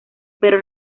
pero